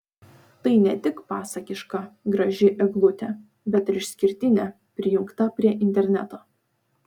tai net tik pasakiška graži eglutė bet ir išskirtinė prijungta prie interneto